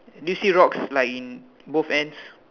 do you see rocks like in both ends